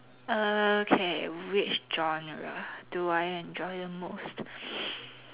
okay which genre do I enjoy the most